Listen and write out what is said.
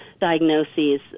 diagnoses